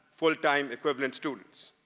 full-time equivalent students.